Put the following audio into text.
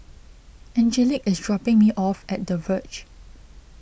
Angelic is dropping me off at the Verge